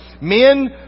Men